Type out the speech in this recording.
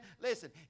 Listen